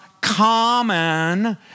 common